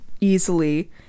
easily